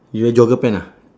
your jogger pant ah